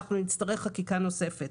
נצטרך חקיקה נוספת.